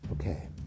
Okay